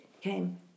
came